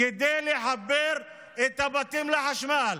כדי לחבר את הבתים לחשמל.